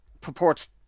purports